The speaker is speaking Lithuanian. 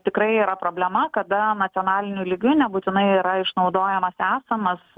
tikrai yra problema kada nacionaliniu lygiu nebūtinai yra išnaudojamas esamas